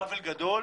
עוול גדול,